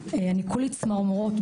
אני כולי צמרמורות,